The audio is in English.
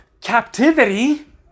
captivity